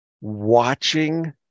Watching